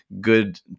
good